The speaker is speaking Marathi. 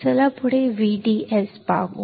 चला पुढे एक VDS पाहू